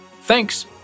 Thanks